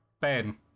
Ben